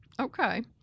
Okay